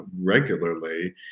regularly